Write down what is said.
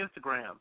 Instagram